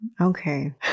Okay